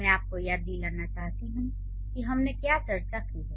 मैं आपको याद दिलाना चाहता हूं कि हमने क्या चर्चा की है